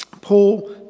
paul